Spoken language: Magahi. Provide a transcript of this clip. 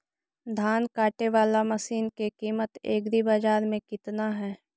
धान काटे बाला मशिन के किमत एग्रीबाजार मे कितना है?